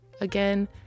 Again